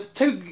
two